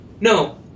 no